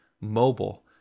mobile